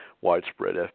widespread